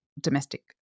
domestic